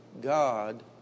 God